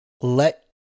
Let